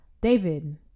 david